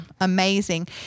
Amazing